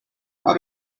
how